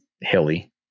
hilly